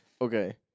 Okay